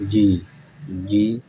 جی جی